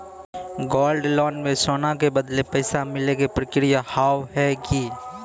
Gold loan मे सोना के बदले पैसा मिले के प्रक्रिया हाव है की?